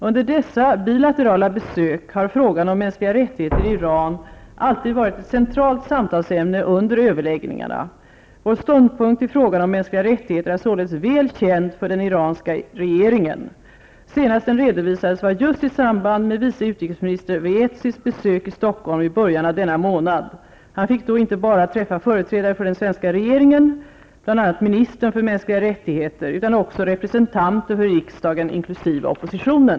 Under dessa bilaterala besök har frågan om mänskliga rättigheter i Iran alltid varit ett centralt samtalsämne under överläggningarna. Vår ståndpunkt i frågan om mänskliga rättigheter är således väl känd för den iranska regeringen. Senast den redovisades var just i samband med vice utrikesminister Vaezis besök i Stockholm i början av denna månad. Han fick då inte bara träffa företrädare för den svenska regeringen, bl.a. ministern för mänskliga rättigheter, utan också representanter för riksdagen inkl. oppositionen.